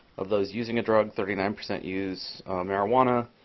of those using a drug, thirty nine percent use marijuana.